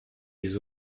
les